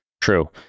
True